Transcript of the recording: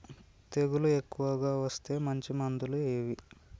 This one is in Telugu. తెగులు ఎక్కువగా వస్తే మంచి మందులు ఏవి?